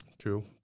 true